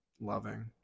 loving